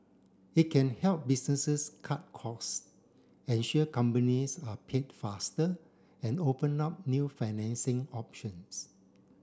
it can help businesses cut costs ensure companies are paid faster and open up new financing options